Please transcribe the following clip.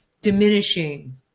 diminishing